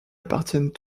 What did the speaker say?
appartiennent